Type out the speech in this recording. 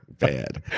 bad